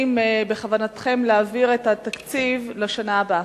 האם בכוונתכם להעביר את התקציב לשנה הבאה?